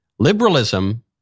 Liberalism